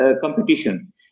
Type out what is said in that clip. competition